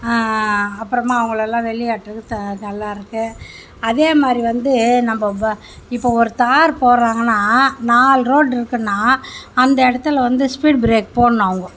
அப்புறமா அவங்களலாம் வெளியேற்றது நல்லா இருக்கு அதே மாதிரி வந்து நம்ப ப இப்போ ஒரு தார் போட்றாங்கன்னா நால் ரோடு இருக்குன்னா அந்த இடத்துல வந்து ஸ்பீட் பிரேக் போடணும் அவங்க